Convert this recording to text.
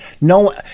no